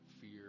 fear